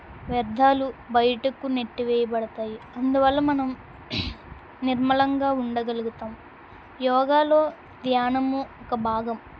వ్యర్ధాలు బయటకు నెట్టి వేయబడతాయి అందువల్ల మనం నిర్మలంగా ఉండగలుగుతాం యోగాలో ధ్యానము ఒక భాగం